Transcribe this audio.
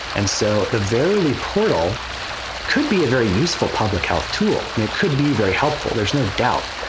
and so the verilli portal could be a very useful public health tool. and it could be very helpful. there's no doubt.